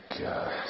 God